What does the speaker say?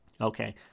Okay